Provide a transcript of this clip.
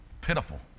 pitiful